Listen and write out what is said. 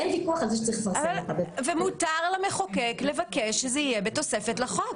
אין ויכוח שצריך לפרסם אותה ומותר למחוקק לבקש שזה יהיה בתוספת לחוק.